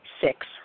Six